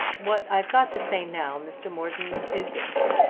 what i've got to say now, mr. morton, is this.